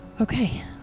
Okay